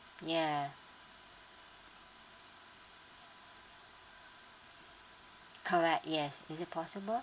yeah correct yes is it possible